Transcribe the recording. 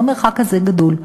זה לא מרחק כזה גדול.